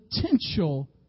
potential